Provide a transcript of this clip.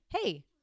Hey